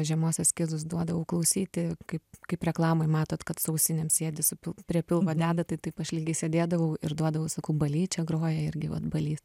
žiemos eskizus duodavau klausyti kaip kaip reklamoj matot kad su ausinėm sėdi su pil prie pilvo deda tai taip aš lygiai sėdėdavau ir duodavau sakau baly čis groja irgi vat balys